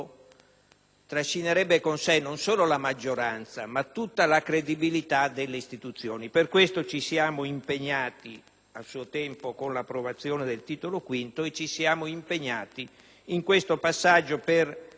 fallimento trascinerebbe con sé non solo la maggioranza, ma tutta la credibilità delle istituzioni. Per tale ragione ci siamo impegnati a suo tempo con l'approvazione del Titolo V e ci siamo impegnati in questo passaggio per